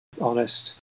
honest